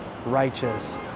righteous